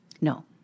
No